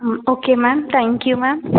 okay ma'am thank you ma'am